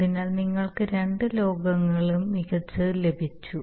അതിനാൽ നിങ്ങൾക്ക് രണ്ട് ലോകങ്ങളിലും മികച്ചത് ലഭിച്ചു